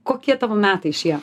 kokie tavo metai šie